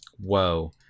whoa